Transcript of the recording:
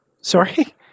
Sorry